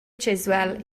chiswell